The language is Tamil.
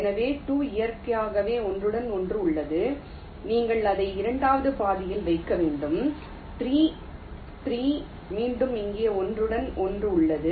எனவே 2 இயற்கையாகவே ஒன்றுடன் ஒன்று உள்ளது நீங்கள் அதை இரண்டாவது பாதையில் வைக்க வேண்டும் 3 3 மீண்டும் இங்கே ஒன்றுடன் ஒன்று உள்ளது